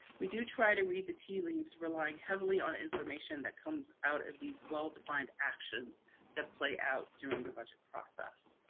we do try to read the tea leaves relying heavily on information that comes out of these well defined actions that play out during the budget process.